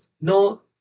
no